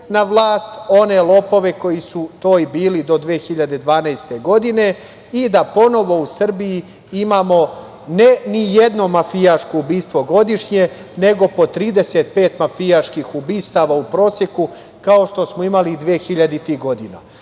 na vlast, one lopove koji su to i bili do 2012. godine i da ponovo u Srbiji imamo ne ni jedno mafijaško ubistvo godišnje, nego po 35 mafijaških ubistava u proseku, kao što smo imali i 2000-ih godina.O